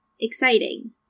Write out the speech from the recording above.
Exciting